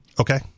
Okay